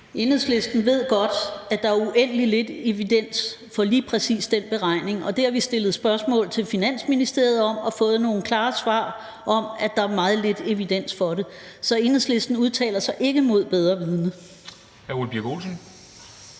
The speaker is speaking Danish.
Enhedslisten ved godt, at der er uendelig lidt evidens for lige præcis den beregning. Det har vi stillet spørgsmål til Finansministeriet om, og vi har fået nogle klare svar om, at der er meget lidt evidens for det. Så Enhedslisten udtaler sig ikke mod bedre vidende. Kl.